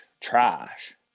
trash